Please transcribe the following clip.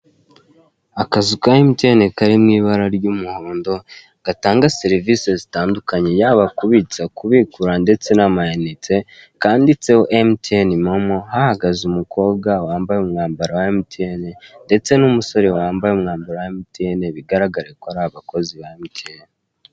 Akazu ka emutiyene kari mu ibara ry'umuhondo gatanga serivisi zitandukanye yaba kubitsa kubikura, ndetse n'amayinite, kanditseho emutiyene momo hahagaze umukobwa wambaye umwambaro wa emutiyene ndetse n'umusore wambaye umwambaro wa emutiyene bigaragare ko ari abakozi ba emutiyene.